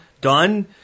done